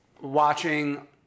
watching